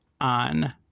on